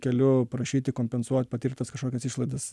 keliu prašyti kompensuot patirtas kažkokias išlaidas